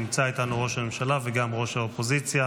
נמצא איתנו ראש הממשלה וגם ראש האופוזיציה.